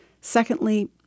Secondly